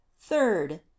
Third